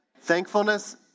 thankfulness